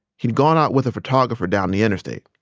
he'd gone out with a photographer down the interstate.